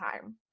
time